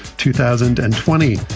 two thousand and twenty.